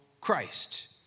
Christ